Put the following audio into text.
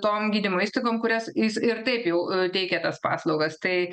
tom gydymo įstaigom kurias jis ir taip jau teikė tas paslaugas tai